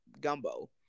gumbo